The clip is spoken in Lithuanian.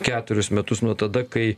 keturis metus nuo tada kai